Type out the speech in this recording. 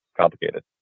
complicated